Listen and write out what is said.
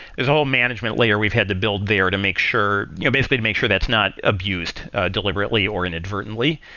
there's a whole management layer. we've had to build there to make sure you know basically to make sure that's not abused deliberately or inadvertently.